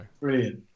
Brilliant